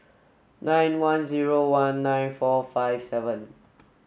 nine one zero one nine four five seven